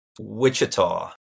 Wichita